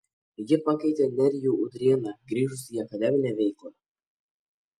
ji pakeitė nerijų udrėną grįžusį į akademinę veiklą